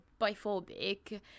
biphobic